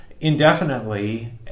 indefinitely